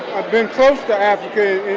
and been close to africa